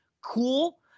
cool